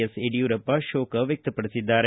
S Yediyurappa ಸಂತಾಪ ವ್ಯಕ್ತಪಡಿಸಿದ್ದಾರೆ